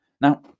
Now